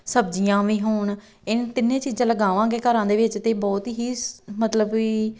ਸਬਜ਼ੀਆਂ ਵੀ ਹੋਣ ਇਹ ਤਿੰਨੇ ਚੀਜਾਂ ਲਗਾਵਾਂਗੇ ਘਰਾਂ ਦੇ ਵਿੱਚ ਤਾਂ ਬਹੁਤ ਹੀ ਸ ਮਤਲਬ ਵੀ